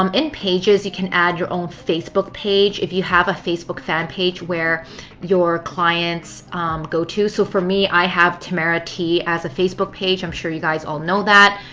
um in pages, you can add your own facebook page. if you have a facebook fan page where your clients go to, so for me, i have tamara tee as a facebook page. i am sure you guys all know that.